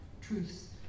truths